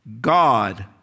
God